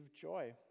joy